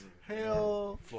Hell